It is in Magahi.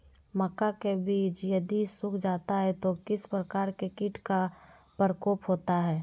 मक्का के बिज यदि सुख जाता है तो किस प्रकार के कीट का प्रकोप होता है?